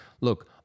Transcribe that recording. look